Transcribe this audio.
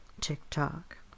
TikTok